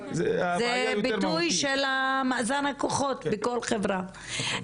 הבעיה יותר--- זה ביטוי של מאזן הכוחות בכל חברה.